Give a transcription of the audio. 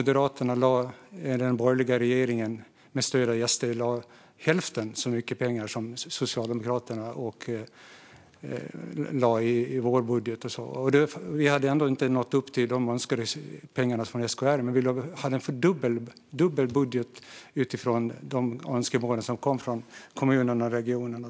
Den borgerliga regeringen, med stöd av SD, lade hälften så mycket pengar som vi i Socialdemokraterna lade i vår budget. Vi hade inte nått upp till de summor som SKR önskade, men vi hade en fördubblad budget utifrån de önskemål som kom från kommunerna och regionerna.